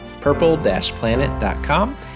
purple-planet.com